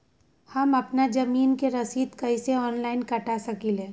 हम अपना जमीन के रसीद कईसे ऑनलाइन कटा सकिले?